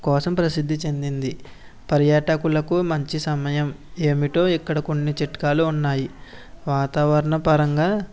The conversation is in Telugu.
కోసం ప్రసిద్ధి చెందింది పర్యాటకులకు మంచి సమయం ఏమిటో ఇక్కడ కొన్ని చిట్కాలు ఉన్నాయి వాతావరణ పరంగా